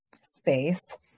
space